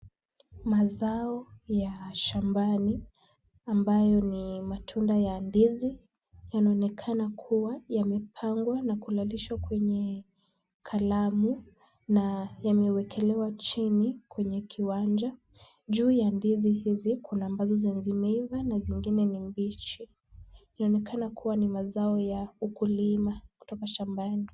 Mazao ya shambani ambayo ni matunda ya ndizi, yanaonekana kuwa yamepangwa na kulalishwa kwenye kalamu na yamewekelewa chini kwenye kiwanja. Juu ya ndizi hizi kuna ambazo zenye zimeiva na zingine ni mbichi. Inaonekana kuwa ni mazao ya ukulima kutoka shambani.